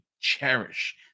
cherish